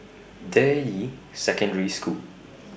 Deyi Secondary School